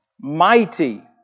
mighty